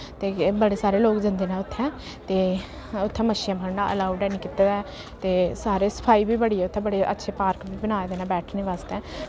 ते बड़े सारे लोक जंदे न उत्थै ते उत्थै मच्छियां फड़ना अलाउड हैन्नी कीते दा ऐ ते सारे सफाई बी बड़ी ऐ उत्थै बड़े अच्छे पार्क बी बनाए दे न बैठने बास्तै